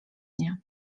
mnie